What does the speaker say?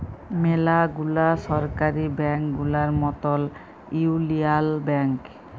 ম্যালা গুলা সরকারি ব্যাংক গুলার মতল ইউলিয়াল ব্যাংক